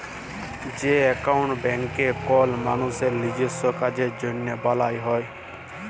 যে একাউল্ট ব্যাংকে কল মালুসের লিজস্য কাজের জ্যনহে বালাল হ্যয়